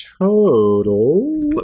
total